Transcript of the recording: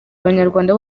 abanyarwanda